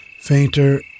Fainter